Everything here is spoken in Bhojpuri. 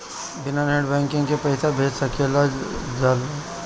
बिना नेट बैंकिंग के पईसा भेज सकल जाला?